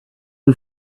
who